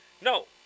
No